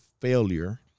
failure